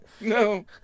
no